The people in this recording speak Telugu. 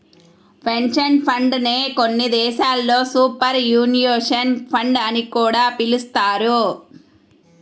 పెన్షన్ ఫండ్ నే కొన్ని దేశాల్లో సూపర్ యాన్యుయేషన్ ఫండ్ అని కూడా పిలుస్తారు